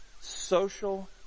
social